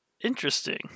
Interesting